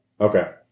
Okay